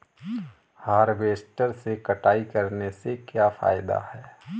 Harvester से कटाई करने से क्या फायदा है?